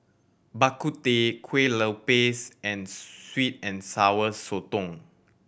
Bak Kut Teh kue lupis and sweet and Sour Sotong